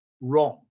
wrong